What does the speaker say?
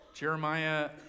Jeremiah